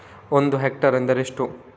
ಒಂದು ಹೆಕ್ಟೇರ್ ಎಂದರೆ ಎಷ್ಟು?